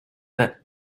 that